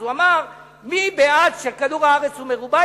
אז הוא אמר: מי בעד שכדור-הארץ הוא מרובע,